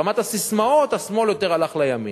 ברמת הססמאות, השמאל הלך יותר לימין.